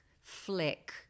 flick